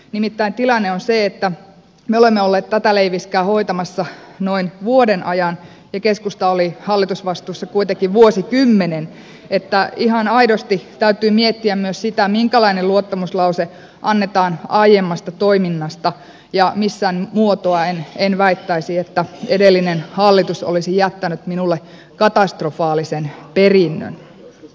nimittäin tilanne on se että me olemme olleet tätä leiviskää hoitamassa noin vuoden ajan ja keskusta oli hallitusvastuussa kuitenkin vuosikymmenen niin että ihan aidosti täytyy miettiä myös sitä minkälainen luottamuslause annetaan aiemmasta toiminnasta ja millään muotoa en väittäisi että edellinen hallitus olisi jättänyt minulle katastrofaalisen perinnön